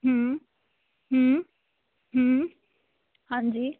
ਹਾਂਜੀ